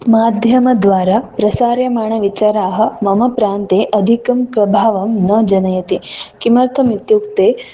माध्यमद्वारा प्रसार्यमाणविचाराः मम प्रान्ते अधिकं प्रभावं न जनयति किमर्थमित्युक्ते